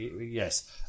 yes